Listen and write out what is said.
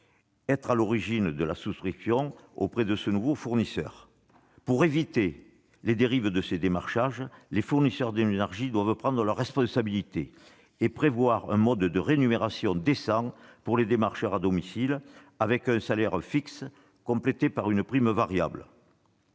être à l'origine de la souscription auprès de ce nouveau fournisseur. Pour éviter les dérives de ces démarchages, les fournisseurs d'énergie doivent prendre leurs responsabilités et prévoir un mode de rémunération décent pour les démarcheurs à domicile, avec un salaire fixe complété par une prime variable.